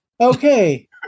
Okay